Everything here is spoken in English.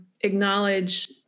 acknowledge